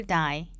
die